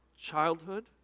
childhood